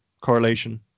correlation